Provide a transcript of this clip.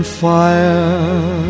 fire